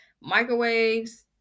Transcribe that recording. microwaves